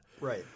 Right